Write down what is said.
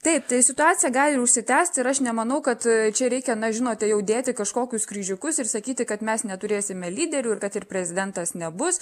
taip tai situacija gali užsitęst ir aš nemanau kad čia reikia na žinote jau dėti kažkokius kryžiukus ir sakyti kad mes neturėsime lyderių ir kad ir prezidentas nebus